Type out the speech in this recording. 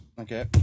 Okay